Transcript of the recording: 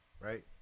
right